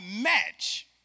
match